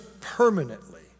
permanently